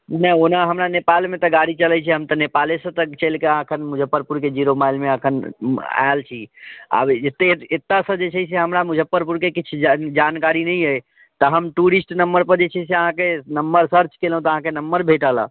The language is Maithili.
नहि ओना हमरा नेपालमे तऽ गाड़ी चलैत छै हम तऽ नेपालेसँ तऽ चलिकऽ एखन मुजफ्फरपुरके जीरो माइलमे एखन आएल छी आब एते एत्तऽसँ जे छै से हमरा मुजफ्फरपुरके किछु जानकारी नहि अइ तऽ हम टुरिष्ट नम्बर पर जे छै से अहाँकेँ नम्मर सर्च कयलहुँ तऽ अहाँकेँ नम्मर भेटल